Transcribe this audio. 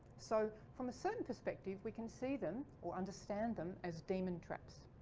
so from a certain perspective we can see them or understand them as demon traps.